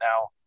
now